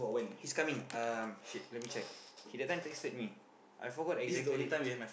he's coming uh shit let me check he that time texted me I forgot exactly